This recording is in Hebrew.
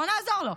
בוא נעזור לו,